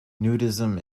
nudism